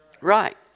Right